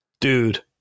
dude